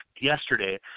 Yesterday